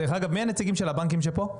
דרך אגב, מי הנציגים של הבנקים שפה?